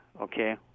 Okay